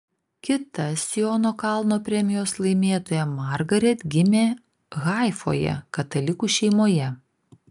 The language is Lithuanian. kita siono kalno premijos laimėtoja margaret gimė haifoje katalikų šeimoje